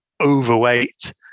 overweight